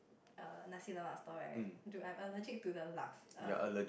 err Nasi-lemak stall right dude I'm allergic to the lak~ err